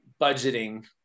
budgeting